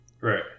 Right